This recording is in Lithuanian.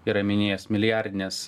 yra minėjęs milijardines